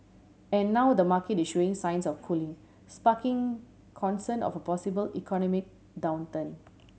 and now the market is showing signs of cooling sparking concern of a possible economic downturn